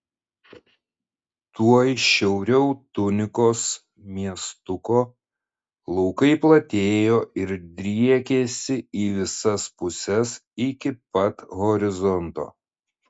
tuoj šiauriau tunikos miestuko laukai platėjo ir driekėsi į visas puses iki pat horizonto